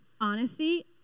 honesty